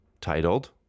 titled